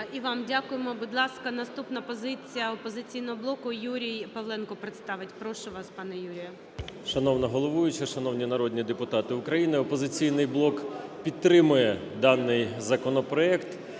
І вам дякуємо. Будь ласка, наступна – позиція "Опозиційного блоку", Юрій Павленко представить. Прошу вас, пане Юрію. 17:20:35 ПАВЛЕНКО Ю.О. Шановна головуюча, шановні народні депутати України! "Опозиційний блок" підтримує даний законопроект.